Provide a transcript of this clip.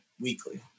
weekly